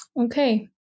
Okay